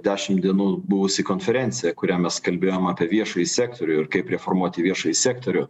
dešim dienų buvusi konferencija kurią mes kalbėjom apie viešąjį sektorių ir kaip reformuoti viešąjį sektorių